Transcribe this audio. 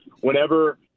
whenever